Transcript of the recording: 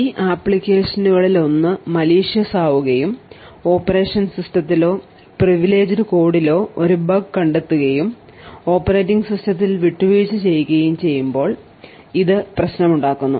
ഈ ആപ്ലിക്കേഷനുകളിലൊന്ന് മലീഷ്യസ് ആവുകയും ഓപ്പറേഷൻ സിസ്റ്റത്തിലോ പ്രിവിലേജ്ഡ് കോഡിലോ ഒരു ബഗ് കണ്ടെത്തുകയും ഓപ്പറേറ്റിംഗ് സിസ്റ്റത്തിൽ വിട്ടുവീഴ്ച ചെയ്യുകയും ചെയ്യുമ്പോൾ ഇത് പ്രശ്നം ഉണ്ടാക്കുന്നു